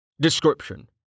Description